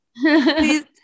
Please